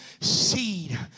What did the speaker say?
seed